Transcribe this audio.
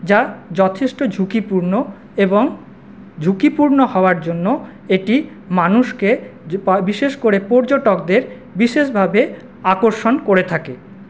যা যথেষ্ট ঝুঁকিপূর্ণ এবং ঝুঁকিপূর্ণ হওয়ার জন্য এটি মানুষকে বিশেষ করে পর্যটকদের বিশেষভাবে আকর্ষণ করে থাকে